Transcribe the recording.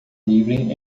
livre